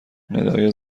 ندای